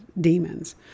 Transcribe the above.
demons